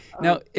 now